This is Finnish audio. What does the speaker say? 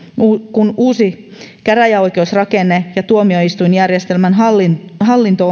kun uusi käräjäoikeusrakenne ja tuomioistuinjärjestelmän hallinto hallinto